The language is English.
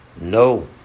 No